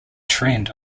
trend